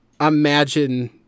imagine